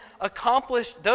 accomplished